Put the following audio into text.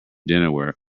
dinnerware